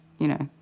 you know?